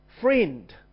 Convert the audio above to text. friend